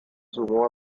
sumó